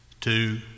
two